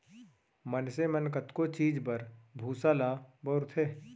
मनसे मन कतको चीज बर भूसा ल बउरथे